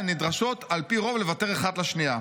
הן נדרשות על פי רוב לוותר אחת לשנייה.